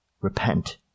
repent